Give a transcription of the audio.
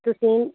ਤੁਸੀਂ